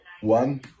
one